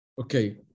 Okay